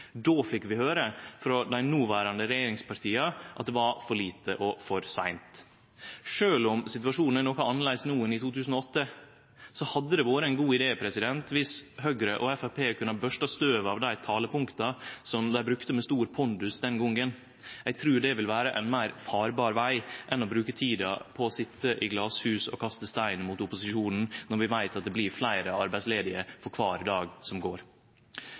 Då fekk vi høyre frå dei noverande regjeringspartia at det var for lite og for seint. Sjølv om situasjonen er noko annleis no enn i 2008, hadde det vore ein god idé viss Høgre og Framstegspartiet kunne børsta støvet av dei talepunkta dei brukte med stor pondus den gongen. Eg trur det vil vere ein meir farbar veg enn å bruke tida på å sitje i glashus og kaste stein mot opposisjonen, når vi veit at det blir fleire arbeidsledige for kvar dag som går.